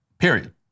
period